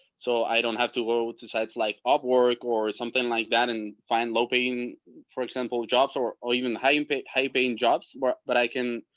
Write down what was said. so i don't have to go to sites like upwork or something like that. and find loping for example, jobs or or even the high-end high-paying jobs that but i can.